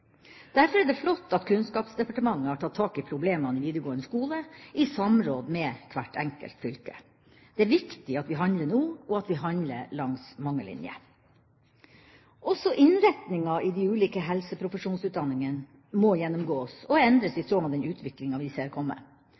Derfor er det flott at Kunnskapsdepartementet har tatt tak i problemene i videregående skole, i samråd med hvert enkelt fylke. Det er viktig at vi handler nå, og at vi handler langs mange linjer. Også innretninga i de ulike helseprofesjonsutdanningene må gjennomgås og endres i tråd med den utviklinga vi ser komme.